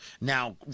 Now